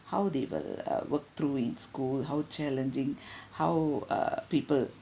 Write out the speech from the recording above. how they were uh worked through in school how challenging how err people